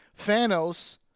Thanos